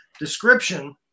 description